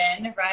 right